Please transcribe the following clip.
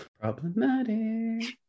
Problematic